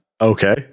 Okay